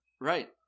Right